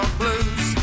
blues